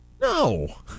No